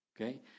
Okay